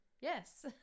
Yes